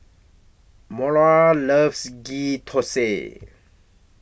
Mora loves Ghee Thosai